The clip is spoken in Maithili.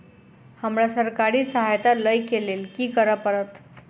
हमरा सरकारी सहायता लई केँ लेल की करऽ पड़त?